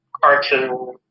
cartoon